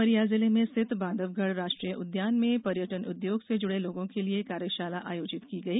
उमरिया जिले में स्थित बांधवगढ़ राष्ट्रीय उद्यान में पर्यटन उद्योग से जुड़े लोगों के लिए कार्यशाला आयोजित की गई